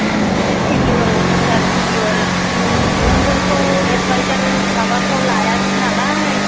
दा बिसोरो senior officer senior E M फोरखौ एदभाइजार माबाफ्राव लायासै नालाय